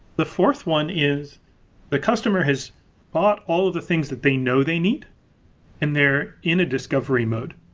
the fourth one is the customer has bought all of the things that they know they need and they're in a discovery mode.